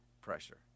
pressure